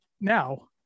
Now